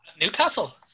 Newcastle